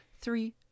three